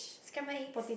scrambled eggs